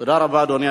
תודה רבה, אדוני.